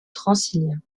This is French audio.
transilien